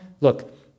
Look